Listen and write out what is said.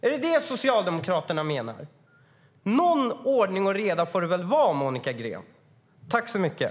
Är det det som Socialdemokraterna menar? Någon ordning och reda får det väl vara, Monica Green.